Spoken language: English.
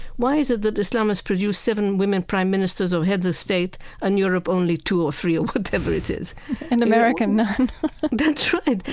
why is it that islam has produced seven women prime ministers or heads of state and europe only two or three? or whatever it is and america none that's right.